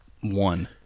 one